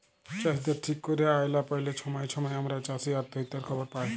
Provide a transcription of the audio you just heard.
চাষীদের ঠিক ক্যইরে আয় লা প্যাইলে ছময়ে ছময়ে আমরা চাষী অত্যহত্যার খবর পায়